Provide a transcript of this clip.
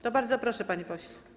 To bardzo proszę, panie pośle.